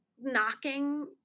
knocking